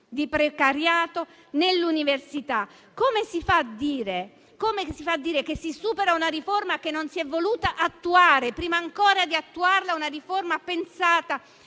di precariato nell'università. Come si fa a dire che si supera una riforma, che non si è voluta attuare e prima ancora di attuarla - una riforma pensata